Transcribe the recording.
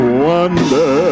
wonder